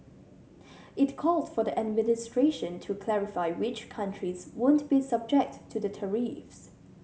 it called for the administration to clarify which countries won't be subject to the tariffs